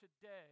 today